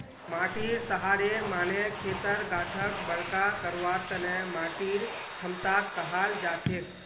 माटीर सहारेर माने खेतर गाछक बरका करवार तने माटीर क्षमताक कहाल जाछेक